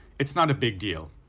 it's not a big deal.